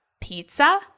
Pizza